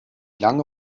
lange